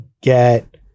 get